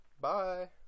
Bye